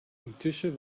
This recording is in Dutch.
intussen